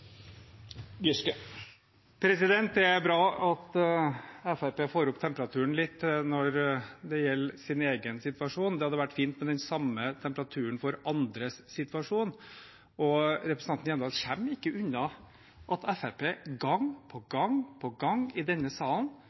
Det er bra at Fremskrittspartiet får opp temperaturen litt når det gjelder sin egen situasjon. Det hadde vært fint med den samme temperaturen for andres situasjon. Representanten Hjemdal kommer ikke unna at Fremskrittspartiet gang på gang på gang i denne salen